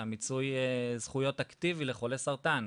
מיצוי זכויות רטרואקטיבי לחולי סרטן,